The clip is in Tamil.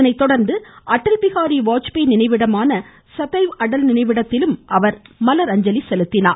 அதனைத்தொடர்ந்து அட்டல் பிஹாரி வாஜ்பேயி நினைவிடமான சதைவ் அட்டல் நினைவிடத்திலும் அவர் மலரஞ்சலி செலுத்தினார்